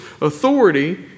authority